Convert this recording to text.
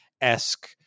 esque